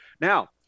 Now